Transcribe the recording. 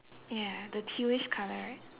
ya the tealish colour right